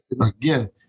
Again